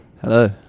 Hello